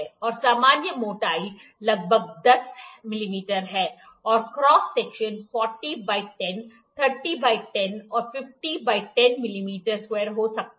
और सामान्य मोटाई लगभग 10 है • और क्रॉस सेक्शन 40 × 10 30 × 10 और 50 × 10मिमी2 हो सकता है